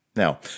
Now